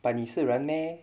but 你是人 meh